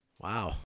Wow